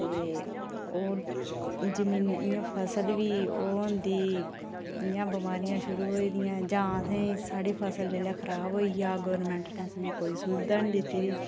ते ओह् जमीनें इयां फसल बी ओह् हुंदी इयां बमारियां शुरू होई दियां जां असें स्हाड़ी फसल जेल्लै खराब होई जा गौरमैंट ने सानू कोई सुविधा नी दित्ती दी